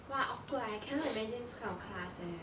!wah! awkward eh I cannot imagine this kind of class eh